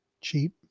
Cheap